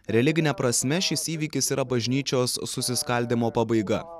religine prasme šis įvykis yra bažnyčios susiskaldymo pabaiga